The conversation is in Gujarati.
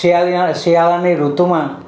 અત્યારે અહીંયા શિયાળાની ઋતુમાં